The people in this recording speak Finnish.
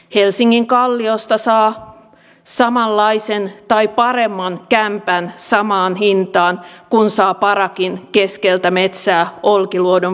helsingin kalliosta saa samanlaisen tai paremman kämpän samaan hintaan kuin saa parakin keskeltä metsää olkiluodon vierestä